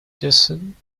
dissent